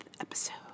episode